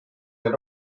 veel